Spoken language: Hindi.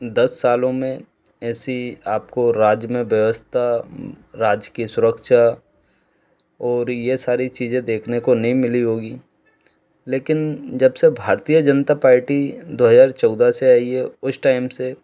दस सालों में ऐसी आपको राज्य में व्यवस्था राज्य की सुरक्षा और ये सारी चीज़ें देखने को नई मिली होंगी लेकिन जब से भारतीय जनता पार्टी दो हजार चौदह से आइए उस टाइम से